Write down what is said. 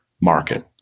market